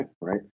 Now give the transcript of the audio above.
right